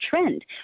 trend